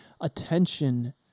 attention